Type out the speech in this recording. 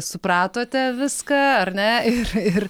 supratote viską ar ne ir ir